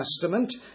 Testament